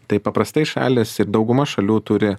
tai paprastai šalys ir dauguma šalių turi